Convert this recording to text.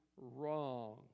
wrong